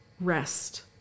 rest